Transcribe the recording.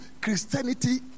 Christianity